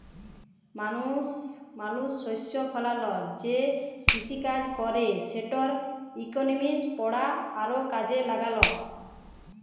মালুস শস্য ফলায় যে কিসিকাজ ক্যরে সেটর ইকলমিক্স পড়া আরও কাজে ল্যাগল